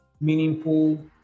meaningful